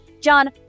John